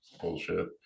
bullshit